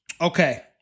Okay